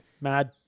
Mad